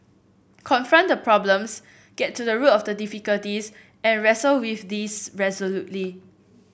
confront the problems get to the root of the difficulties and wrestle with these resolutely